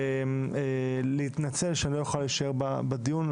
אני רוצה להתנצל שאני לא אוכל להישאר בדיון,